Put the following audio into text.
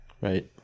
right